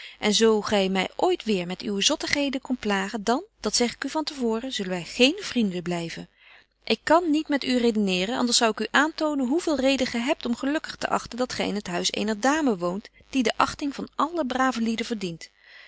en zo gy my ooit weêr met uwe zottigheden komt plagen dan dat zeg ik u van te voren zullen wy geen vrienden blyven ik kan niet met u redeneeren anders zou ik u aantonen hoe veel reden gy hebt om u gelukkig te achten dat gy in het huis eener dame woont die de achting van alle brave lieden verdient